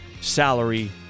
salary